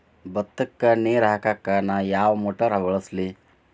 ಭತ್ತಕ್ಕ ನೇರ ಹಾಕಾಕ್ ನಾ ಯಾವ್ ಮೋಟರ್ ಬಳಸ್ಲಿ?